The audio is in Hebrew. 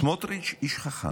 סמוטריץ' איש חכם,